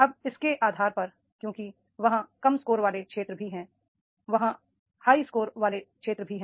अब इसके आधार पर क्योंकि वहां कम स्कोर वाले क्षेत्र भी हैं वहां हाई स्कोर वाले क्षेत्र भी हैं